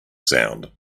sound